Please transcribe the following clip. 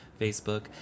Facebook